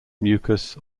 mucus